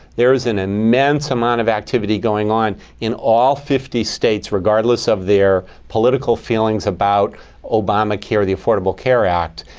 there is an immense amount of activity going on in all fifty states, regardless of their political feelings about obamacare, the affordable care act.